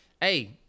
Hey